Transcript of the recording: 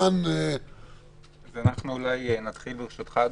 אנחנו נתחיל, ברשותך.